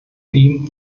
ihm